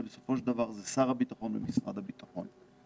בסופו של דבר זה שר הביטחון ומשרד הביטחון.